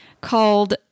called